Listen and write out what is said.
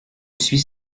suis